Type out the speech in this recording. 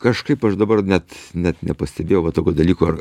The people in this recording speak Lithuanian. kažkaip aš dabar net net nepastebėjau va tokio dalyko ar